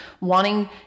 wanting